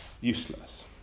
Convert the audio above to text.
useless